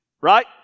Right